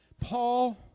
Paul